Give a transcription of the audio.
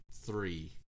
three